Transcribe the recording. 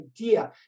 idea